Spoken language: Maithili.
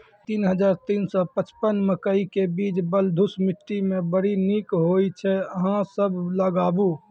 तीन हज़ार तीन सौ पचपन मकई के बीज बलधुस मिट्टी मे बड़ी निक होई छै अहाँ सब लगाबु?